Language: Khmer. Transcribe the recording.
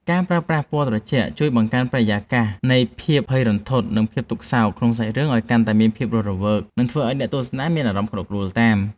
ការប្រើប្រាស់ពណ៌ត្រជាក់ជួយបង្កើតបរិយាកាសនៃភាពភ័យរន្ធត់ ឬ ភាពទុក្ខសោកក្នុងសាច់រឿងឱ្យកាន់តែមានភាពរស់រវើក និង ធ្វើឱ្យអ្នកទស្សនាមានអារម្មណ៍ក្តុកក្តួលតាម។